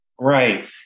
Right